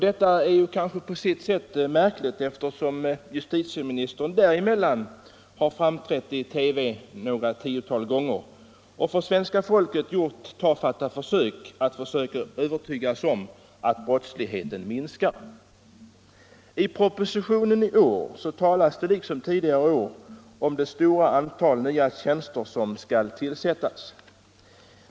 Detta är kanske på sitt sätt märkligt, eftersom justitieministern däremellan har framträtt i TV några tiotal gånger och gjort tafatta försök att övertyga svenska folket om att brottsligheten minskar. I propositionen i år talas det liksom tidigare år om det stora antal nya tjänster som skall tillsättas.